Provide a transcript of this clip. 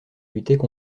luttaient